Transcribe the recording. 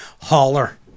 Holler